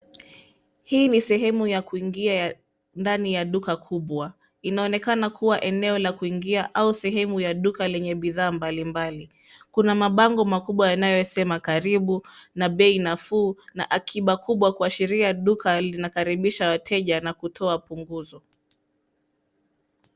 Hii ni sehemu ya kuingia ndani ya duka kubwa, inaonekana kuwa eneo la kuingia au sehemu ya duka lenye bidhaa mbalimbali. Kuna mabango makubwa yanayosema karibu na bei nafuu na akiba kubwa kuashiria duka linakaribisha wateja na kutoa punguzo.